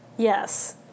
Yes